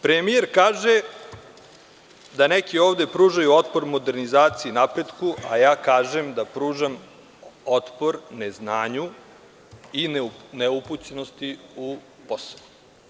Premijer kaže, da neki ovde pružaju otpor modernizaciji, napretku, a ja kažem da pružam otpor neznanju i neupućenosti u posao.